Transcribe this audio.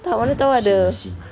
tak mana tahu ada